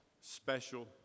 special